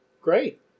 Great